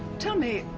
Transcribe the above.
tell me,